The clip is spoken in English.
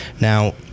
Now